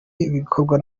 ibikorwa